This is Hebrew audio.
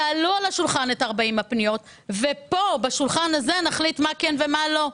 תעלו על השולחן את 40 הפניות ופה בשולחן הזה נחליט מה כן ומה לא.